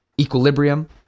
equilibrium